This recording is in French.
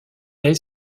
est